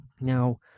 Now